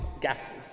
gases